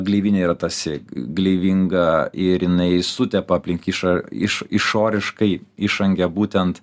gleivinė yra tarsi gleivinga ir jinai sutepa aplink iša iš išoriškai išangę būtent